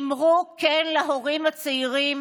אמרו כן להורים הצעירים,